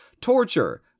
torture